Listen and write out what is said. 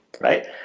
right